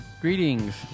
greetings